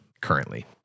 currently